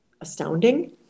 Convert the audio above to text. astounding